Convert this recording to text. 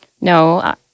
No